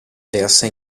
versa